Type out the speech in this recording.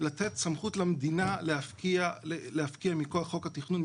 לתת סמכות למדינה להפקיע מכוח חוק התכנון,